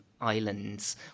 islands